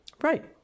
Right